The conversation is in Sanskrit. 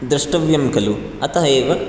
द्रष्टव्यं खलु अतः एव